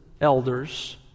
elders